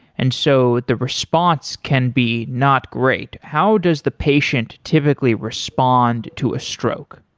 and so the response can be not great. how does the patient typically respond to a stroke?